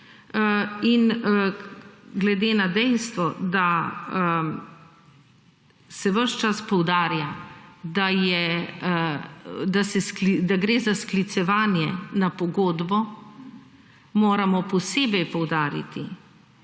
In glede na dejstvo, da se ves čas poudarja, da gre za sklicevanje na pogodbo, moramo posebej poudariti,